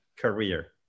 career